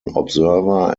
observer